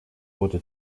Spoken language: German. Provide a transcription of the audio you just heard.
wurde